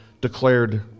declared